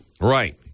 Right